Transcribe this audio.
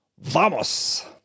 Vamos